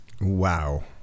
Wow